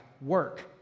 work